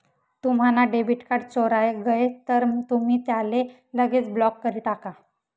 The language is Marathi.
तुम्हना डेबिट कार्ड चोराय गय तर तुमी त्याले लगेच ब्लॉक करी टाका